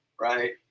right